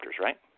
right